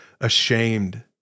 ashamed